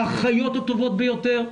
האחיות הטובות ביותר,